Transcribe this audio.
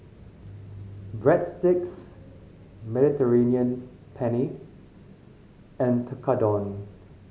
Breadsticks Mediterranean Penne and Tekkadon